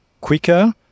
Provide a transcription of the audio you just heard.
quicker